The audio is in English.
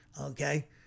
Okay